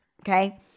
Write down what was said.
okay